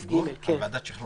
כן.